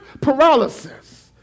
paralysis